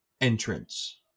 entrance